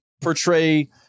portray –